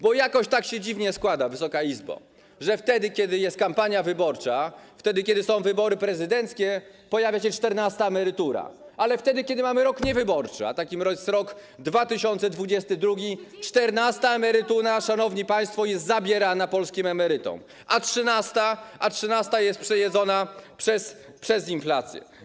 Bo jakoś tak się dziwnie składa, Wysoka Izbo, że wtedy kiedy jest kampania wyborcza, wtedy kiedy są wybory prezydenckie, pojawia się czternasta emerytura, ale wtedy kiedy mamy rok niewyborczy, a takim jest rok 2022, czternasta emerytura, szanowni państwo, jest zabierana polskim emerytom, a trzynasta jest przejedzona przez inflację.